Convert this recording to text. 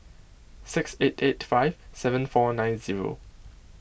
six eight eight five seven four nine zero